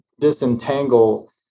disentangle